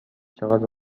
چقد